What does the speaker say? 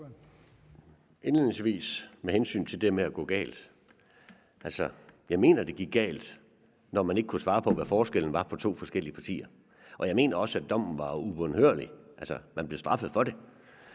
Indledningsvis vil jeg med hensyn til det med, at det kan gå galt, sige, at jeg mener, at det går galt, når man ikke kan svare på, hvad forskellen er på to forskellige partier, og jeg mener også, at dommen var ubønhørlig, altså, man blev jo straffet for det.